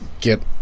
get